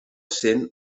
sent